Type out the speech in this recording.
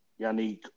Yannick